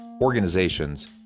organizations